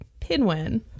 Pinwin